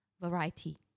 variety